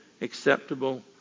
acceptable